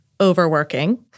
overworking